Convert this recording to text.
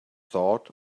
thought